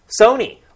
Sony